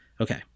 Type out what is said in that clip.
Okay